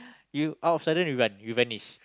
you out silent you run you Venice